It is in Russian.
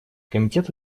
комитет